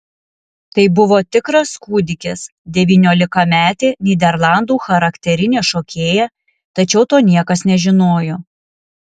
tai buvo tikras kūdikis devyniolikametė nyderlandų charakterinė šokėja tačiau to niekas nežinojo